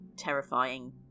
terrifying